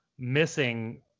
missing